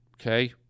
okay